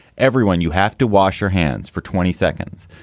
everyone, you have to wash your hands for twenty seconds.